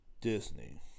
Disney